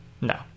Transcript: no